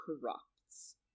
corrupts